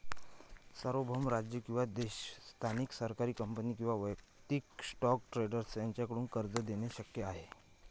सार्वभौम राज्य किंवा देश स्थानिक सरकारी कंपनी किंवा वैयक्तिक स्टॉक ट्रेडर यांच्याकडून कर्ज देणे शक्य आहे